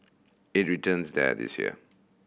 it returns there this year